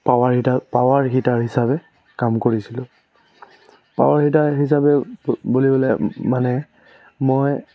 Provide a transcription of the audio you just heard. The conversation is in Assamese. পাৱাৰ হিটাৰ পাৱাৰ হিটাৰ হিচাপে কাম কৰিছিলো পাৱাৰ হিটাৰ হিচাপে বুলিবলৈ মানে মই